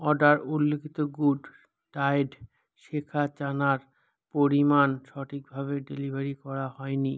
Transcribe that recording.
order উল্লিখিত good diet শেখা চানার পরিমাণ সঠিক ভাবে ডেলিভারি করা হয়নি